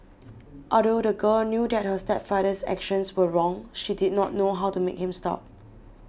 although the girl knew that her stepfather's actions were wrong she did not know how to make him stop